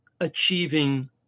achieving